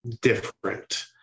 different